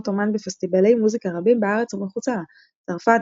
אמן בפסטיבלי מוזיקה רבים בארץ ומחוצה לה – צרפת,